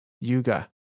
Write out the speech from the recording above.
Yuga